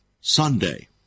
Sunday